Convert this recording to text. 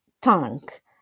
tank